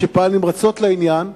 שפעל נמרצות בעניין,